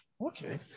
Okay